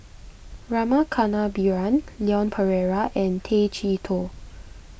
Rama Kannabiran Leon Perera and Tay Chee Toh